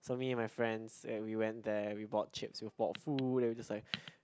so me and my friends and we went there we bought chips we bought food and we just like